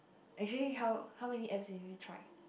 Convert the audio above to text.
actually how how many apps have you tried